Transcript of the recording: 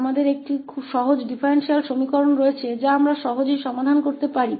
हमारे पास एक बहुत ही सरल डिफरेंशियल एक्वेशन हैं जिन्हें हम आसानी से हल कर सकते हैं